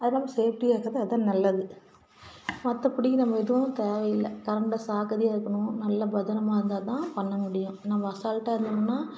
அதெல்லாம் நம்ம சேஃப்டியாக இருக்ககிது அதுதான் நல்லது மற்ற படி நம்ம எதுவும் தேவையில்லை கரண்டை ஜாக்கிரதையா இருக்கணும் நல்ல பத்திரமா இருந்தால் தான் பண்ண முடியும் நம்ம அசால்டாக இருந்தோம்னால்